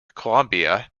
columbia